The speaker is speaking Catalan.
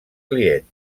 clients